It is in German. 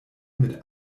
mit